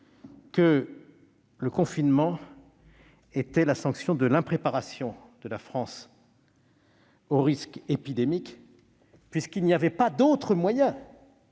que le confinement était la sanction de l'impréparation de la France au risque épidémique, puisqu'il n'y avait pas d'autre moyen